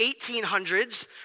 1800s